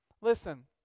Listen